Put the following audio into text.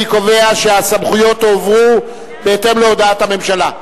אני קובע שהסמכויות הועברו בהתאם להודעת הממשלה.